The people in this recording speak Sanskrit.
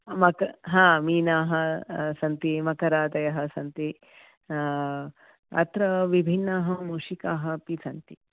हा मीनाः सन्ति मकरातयाः सन्ति अत्र विभिन्नः मूषिकाः अपि सन्ति